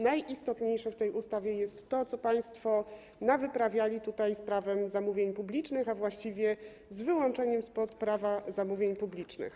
Najistotniejsze w tej ustawie jest to, co państwo nawyprawiali z Prawem zamówień publicznych, a właściwie z wyłączeniem spod Prawa zamówień publicznych.